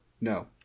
No